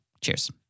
Cheers